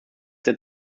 that